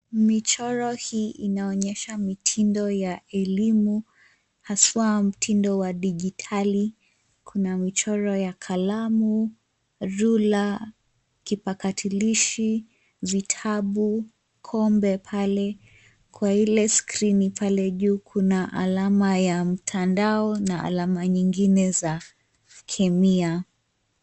Michoro hii inaonyesha mitindo ya elimu haswa mtindo wa digitali. Kuna michoro ya kalamu, rula, kipakatilishi, vitabu, kombe pale. Kwa ile skrini pale juu kuna alama ya mtandao na alama nyingine za kemia.